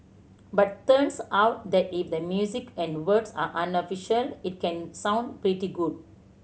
but turns out that if the music and words are unofficial it can sound pretty good